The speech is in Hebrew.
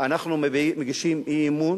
אנחנו מגישים אי-אמון